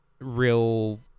real